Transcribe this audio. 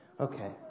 Okay